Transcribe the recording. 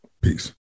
Peace